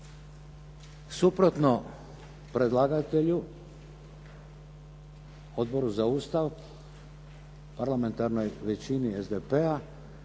suprotno predlagatelju Odboru za Ustav, parlamentarnoj većini SDP-a,